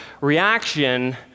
reaction